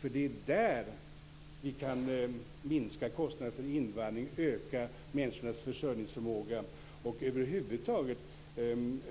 Det är nämligen därigenom vi kan minska kostnaderna för invandring, öka människornas försörjningsförmåga och över huvud taget